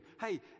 hey